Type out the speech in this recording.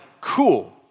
cool